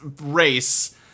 race